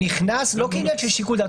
-- נכנס לא כעניין של שיקול דעת.